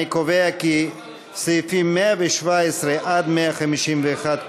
אני קובע כי סעיפים 117 151,